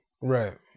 Right